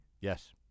Yes